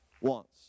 wants